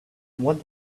what